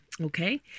okay